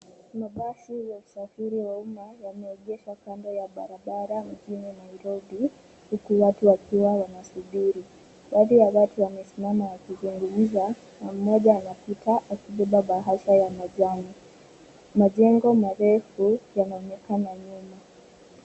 Mabasi ya usafiri wa umma ,yameegeshwa kando ya barabarara mjini Nairobi huku watu wakiwa wanasubiri baadhi ya watu wamesimama wakizungumza mwanamme mmoja anapita akiwa amebeba bahasha ya kijani majengo marefu yanaonekana nyuma.